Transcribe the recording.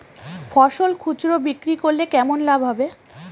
ফসল খুচরো বিক্রি করলে কেমন লাভ হবে?